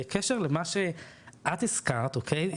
בקשר למה שאת הזכרת, אוקיי?